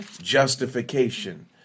Justification